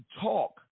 talk